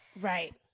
right